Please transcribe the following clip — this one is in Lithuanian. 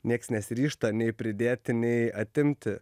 nieks nesiryžta nei pridėti nei atimti